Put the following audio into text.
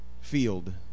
field